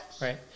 Right